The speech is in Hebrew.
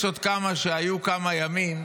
יש עוד כמה שהיו כמה ימים,